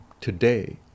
today